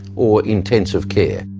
or intensive care.